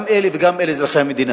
גם אלה וגם אלה אזרחי המדינה,